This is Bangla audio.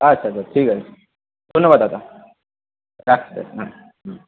আচ্ছা আচ্ছা ঠিক আছে ধন্যবাদ দাদা রাখছি তাহলে হুম হুম